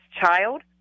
child